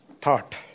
thought